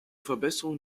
verbesserung